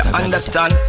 understand